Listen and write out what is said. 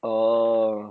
oh